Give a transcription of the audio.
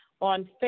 on